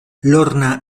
lorna